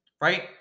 right